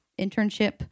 internship